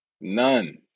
None